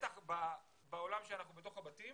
בטח בעולם כשאנחנו בתוך הבתים